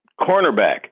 cornerback